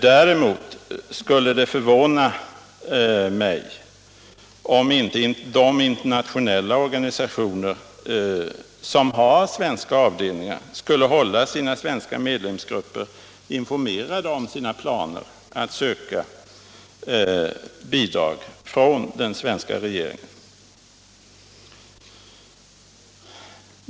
Däremot skulle det förvåna mig om inte de internationella organisationer som har svenska avdelningar skulle hålla sina svenska medlemsgrupper informerade om sina planer på att söka bidrag från den svenska regeringen.